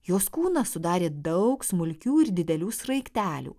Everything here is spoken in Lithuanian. jos kūną sudarė daug smulkių ir didelių sraigtelių